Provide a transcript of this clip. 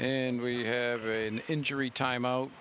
and we have a an injury time out